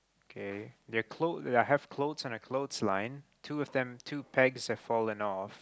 okay they are clo~ they have clothes on the clothes line two of them two pegs have falling off